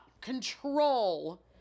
control